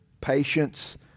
patience